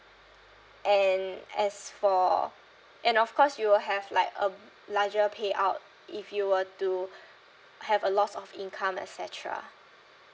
and as for and of course you will have like a larger payout if you were to have a loss of income et cetera